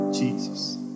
Jesus